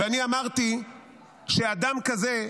ואני אמרתי שאדם כזה,